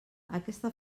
aquesta